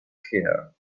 hear